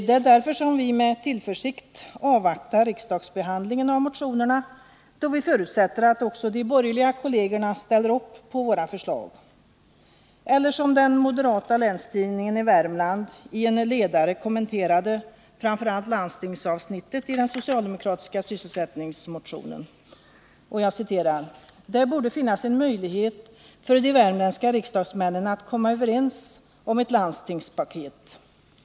Det är därför med tillförsikt vi avvaktar riksdagsbehandlingen av motionerna, då vi förutsätter att också de borgerliga kollegerna ställer upp på våra förslag. Eller som den moderata länstidningen i Värmland i en ledare kommenterade framför allt landstingsavsnittet i den socialdemokratiska sysselsättningsmotionen: ”Det borde finnas en möjlighet för de värmländska riksdagsmännen att komma överens om ett landstingspaket.